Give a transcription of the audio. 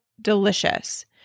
delicious